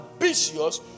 ambitious